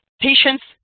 patients